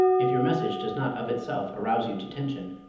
if your message does not of itself arouse you to tension,